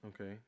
Okay